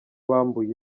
bambuye